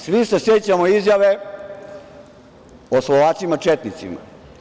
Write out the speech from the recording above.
Svi se sećamo izjave o Slovacima četnicima.